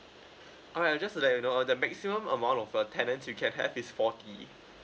alright just to let you know uh the maximum amount of uh tenants you can have is forty